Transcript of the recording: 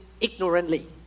ignorantly